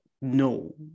No